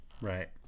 Right